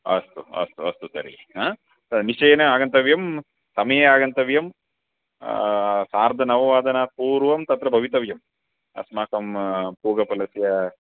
अस्तु अस्तु अस्तु तर्हि हा निश्चयेन आगन्तव्यं समये आगन्तव्यं सार्धनववादनात् पूर्वं तत्र भवितव्यम् अस्माकं पूगीफलस्य